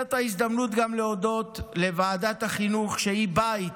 זאת ההזדמנות גם להודות לוועדת החינוך, שהיא בית,